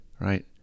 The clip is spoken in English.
right